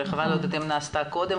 אני לא יודעת אם נעשתה כזאת קודם